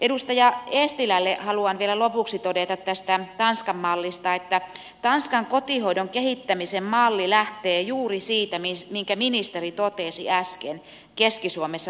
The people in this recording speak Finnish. edustaja eestilälle haluan vielä lopuksi todeta tästä tanskan mallista että tanskan kotihoidon kehittämisen malli lähtee juuri siitä minkä ministeri totesi äsken keski suomessa tehtävän